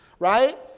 Right